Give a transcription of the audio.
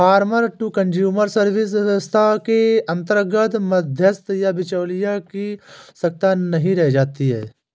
farmer to consumer service व्यवस्था के अंतर्गत मध्यस्थ या बिचौलिए की आवश्यकता नहीं रह जाती है